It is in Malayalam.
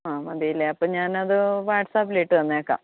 ആ മതി അല്ലെ അപ്പം ഞാൻ അത് വാട്സാപ്പിൽ ഇട്ട് തന്നേക്കാം